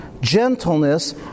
gentleness